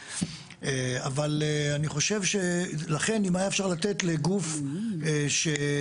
אבל אני חושב שלכן אם אפשר היה לתת לגוף כזה,